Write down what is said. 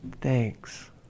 thanks